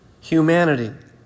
humanity